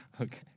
Okay